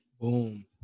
Boom